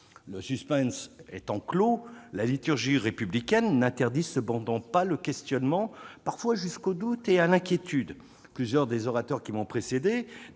Le suspens étant limité, la liturgie républicaine n'interdit cependant pas le questionnement, parfois jusqu'au doute et à l'inquiétude. La plupart des orateurs qui m'ont précédé ont